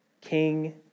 King